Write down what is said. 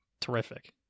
terrific